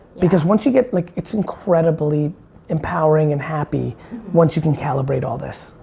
because once you get, like it's incredibly empowering and happy once you can calibrate all this.